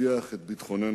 להבטיח את ביטחוננו.